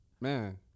Man